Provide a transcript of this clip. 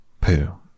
Pooh